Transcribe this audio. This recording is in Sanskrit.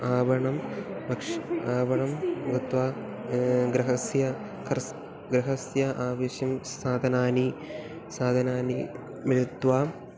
आपणं भक्षणं आपणं गत्वा गृहस्य कर्तृ गृहस्य अवश्यं साधनानि साधनानि मिलित्वा